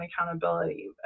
accountability